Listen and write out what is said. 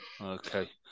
Okay